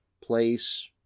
place